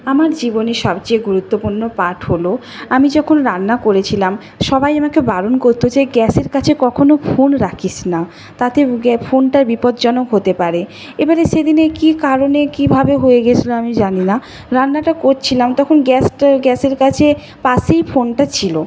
আমার জীবনে সবচেয়ে গুরুত্বপূর্ণ পাঠ হলো আমি যখন রান্না করেছিলাম সবাই আমাকে বারণ করতো যে গ্যাসের কাছে কখনও ফোন রাখিস না তাতে উগে ফোনটার বিপজ্জনক হতে পারে এবারে সেদিনে কী কারণে কীভাবে হয়ে গেছিলো আমি জানি না রান্নাটা করছিলাম তখন গ্যাসটা গ্যাসের কাছে পাশেই ফোনটা ছিল